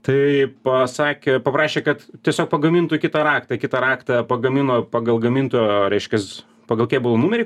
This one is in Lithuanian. tai pasakė paprašė kad tiesiog pagamintų kitą raktą kitą raktą pagamino pagal gamintojo reiškias pagal kėbulo numerį